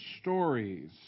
stories